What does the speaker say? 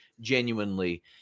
genuinely